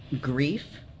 Grief